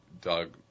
Doug